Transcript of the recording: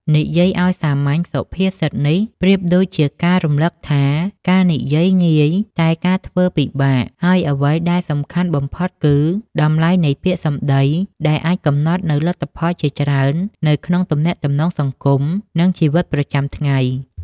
និយាយឱ្យសាមញ្ញ សុភាសិតនេះប្រៀបដូចជាការរំលឹកថា "ការនិយាយងាយ តែការធ្វើពិបាក" ហើយអ្វីដែលសំខាន់បំផុតគឺ តម្លៃនៃពាក្យសម្ដី ដែលអាចកំណត់នូវលទ្ធផលជាច្រើននៅក្នុងទំនាក់ទំនងសង្គម និងជីវិតប្រចាំថ្ងៃ។